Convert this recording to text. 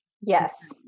Yes